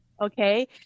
Okay